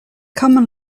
common